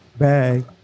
Bag